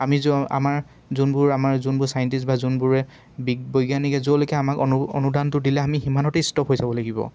আমি আমাৰ যোনবোৰ আমাৰ যোনবোৰ চাইণ্টিষ্ট বা যোনবোৰে বৈজ্ঞানিকে যলৈকে আমাক অনু অনুদানটো দিলে আমি সিমানতে ষ্টপ হৈ যাব লাগিব